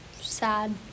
sad